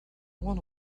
one